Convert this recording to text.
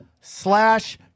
slash